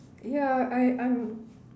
ya I I'm